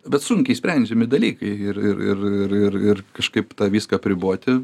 bet sunkiai išsprendžiami dalykai ir ir ir ir ir kažkaip tą viską apriboti